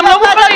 לא,